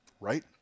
Right